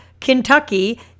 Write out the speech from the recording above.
Kentucky